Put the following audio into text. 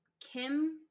Kim